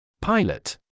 Pilot